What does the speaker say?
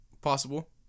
Possible